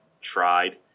Tried